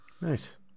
Nice